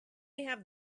have